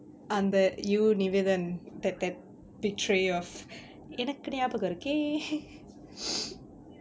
அந்த:antha you nivetha and that that betray of எனக்கு ஞாபக இருக்கே:enakku nabaga irukkae